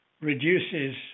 reduces